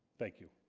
thank you